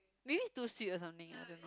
maybe too sweet or something I don't know